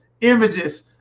images